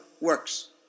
works